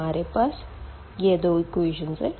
हमारे पास यह दो इक्वेशन है